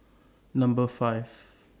Number five